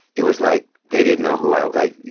it was like they didn't know who i like,